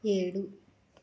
ఏడు